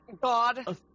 God